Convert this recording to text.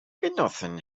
genossen